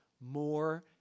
more